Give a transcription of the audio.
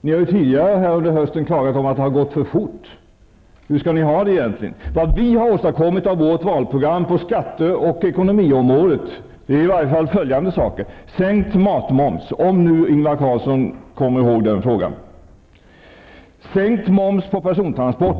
Ni har under hösten klagat på att det har gått för fort. Hur skall ni ha det egentligen? Det vi har åstadkommit av vårt valprogram på skatteoch ekonomiområdet är i varje fall följande saker: Sänkt matmoms, om Ingvar Carlsson kommer ihåg den frågan. Sänkt moms på persontransporter.